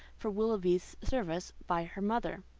for willoughby's service, by her mother.